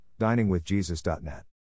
diningwithjesus.net